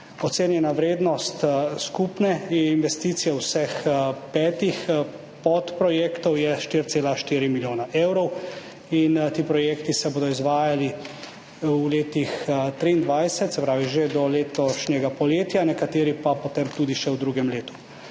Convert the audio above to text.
Ocenjena vrednost skupne investicije vseh petih podprojektov je 4,4 milijone evrov in ti projekti se bodo izvajali v letu 2023, se pravi, že do letošnjega poletja, nekateri pa še potem tudi v drugem letu.